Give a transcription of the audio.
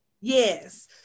Yes